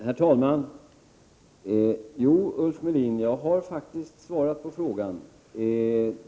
Herr talman! Jo, Ulf Melin, jag har svarat på frågan.